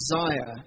desire